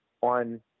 on